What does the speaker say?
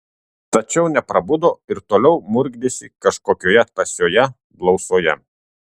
tačiau neprabudo ir toliau murkdėsi kažkokioje tąsioje blausoje